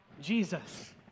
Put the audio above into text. Jesus